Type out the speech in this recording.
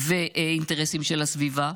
ואינטרסים של הסביבה,